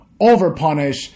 overpunish